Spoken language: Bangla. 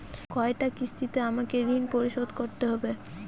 কয়টা কিস্তিতে আমাকে ঋণ পরিশোধ করতে হবে?